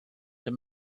him